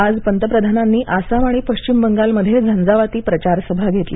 आज पंतप्रधानांनी आसाम आणि पश्चिम बंगालमध्ये झंजावाती प्रचार सभा घेतल्या